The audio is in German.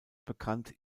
bekannt